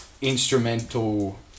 instrumental